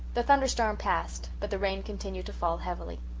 the thunderstorm passed, but the rain continued to fall heavily.